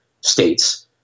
states